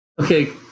Okay